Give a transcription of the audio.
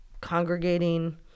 congregating